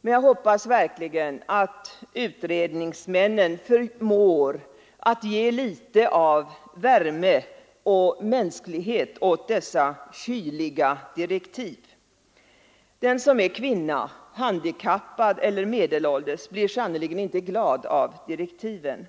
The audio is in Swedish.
Men jag hoppas verkligen att utredningsmännen förmår ge litet av värme och mänsklighet åt dessa kyliga direktiv. Den som är kvinna, handikappad eller medelålders blir sannerligen inte glad av direktiven.